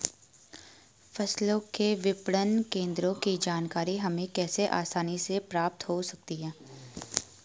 फसलों के विपणन केंद्रों की जानकारी हमें कैसे आसानी से प्राप्त हो सकती?